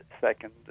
second